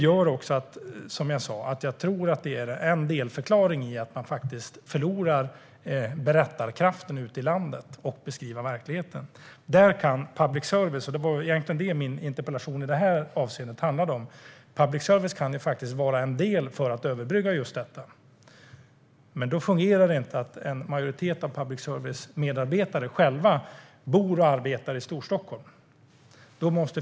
Som sagt tror jag också att det är en delförklaring till att man förlorar berättarkraften ute i landet i beskrivningen av verkligheten. Public service kan - och det är egentligen det min interpellation handlar om i det här avseendet - bidra till att överbrygga denna klyfta. Men då fungerar det inte att en majoritet av public services medarbetare själva bor och arbetar i Storstockholm.